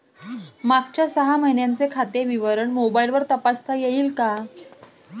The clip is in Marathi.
मागच्या सहा महिन्यांचे खाते विवरण मोबाइलवर तपासता येईल का?